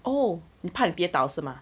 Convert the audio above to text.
oh 你怕你跌倒是吗